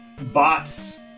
bots